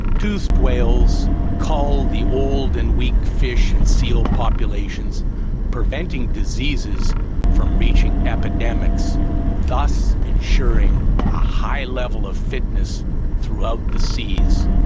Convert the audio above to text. toothed whales cull the old and weak fish and seal populations preventing diseases from reaching epidemics thus ensuring a high level of fitness throughout the seas.